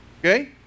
Okay